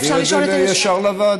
נעביר את זה ישר לוועדה.